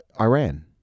Iran